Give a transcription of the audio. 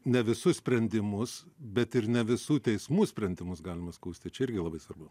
ne visus sprendimus bet ir ne visų teismų sprendimus galima skųsti čia irgi labai svarbu